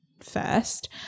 first